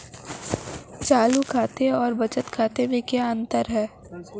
चालू खाते और बचत खाते में क्या अंतर है?